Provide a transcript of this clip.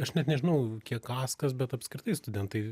aš net nežinau kiek askas bet apskritai studentai